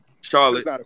Charlotte